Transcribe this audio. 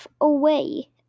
away